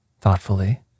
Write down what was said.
thoughtfully